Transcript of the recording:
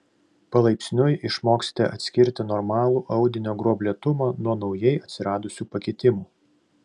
palaipsniui išmoksite atskirti normalų audinio gruoblėtumą nuo naujai atsiradusių pakitimų